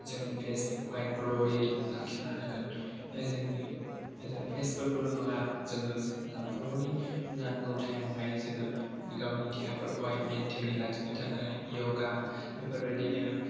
जोंनि फेस फोरखौहाय ग्ल'यि लाखिनो हागोन जों फेसफोरखौल' नङा जोङो सामफ्रामबोनि नांगौ टाइमावहाय जोङो गावनि देहाफोरखौहाय मेन्टेलि लाखिनो थाखाय य'गा बेफोरबायदिनो